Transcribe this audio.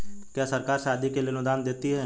क्या सरकार शादी के लिए अनुदान देती है?